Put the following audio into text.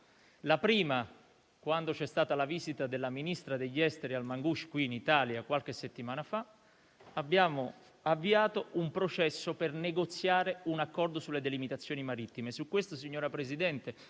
luogo, quando c'è stata la visita della ministra degli esteri al Mangoush qui in Italia, qualche settimana fa, abbiamo avviato un processo per negoziare un accordo sulle delimitazioni marittime. Su questo, signor Presidente,